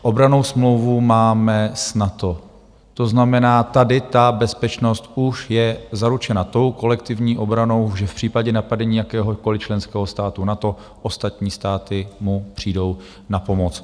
Obrannou smlouvu máme s NATO, to znamená, že tady ta bezpečnost už je zaručena tou kolektivní obranou, že v případě napadení jakéhokoliv členského státu NATO ostatní státy mu přijdou na pomoc.